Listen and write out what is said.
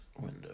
Window